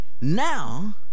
now